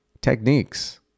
techniques